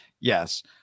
Yes